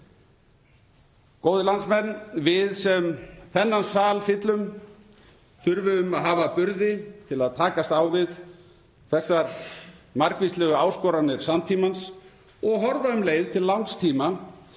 Góðir landsmenn. Við sem þennan sal fyllum þurfum að hafa burði til að takast á við þessar margvíslegu áskoranir samtímans og horfa um leið til langs tíma